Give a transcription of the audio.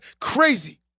crazy